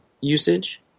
usage